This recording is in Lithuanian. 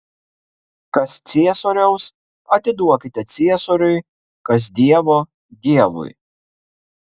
kas ciesoriaus atiduokite ciesoriui kas dievo dievui